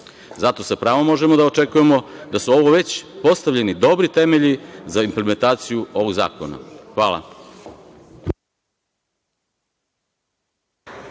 sa pravom možemo da očekujemo da su ovo već postavljeni dobri temelji za implementaciju ovog zakona. Hvala.